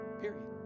Period